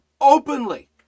openly